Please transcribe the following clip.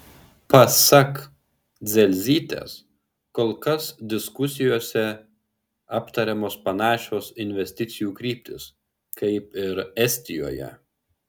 pasak dzelzytės kol kas diskusijose aptariamos panašios investicijų kryptys kaip ir estijoje